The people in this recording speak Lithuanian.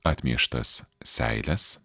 atmieštas seiles